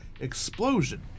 explosion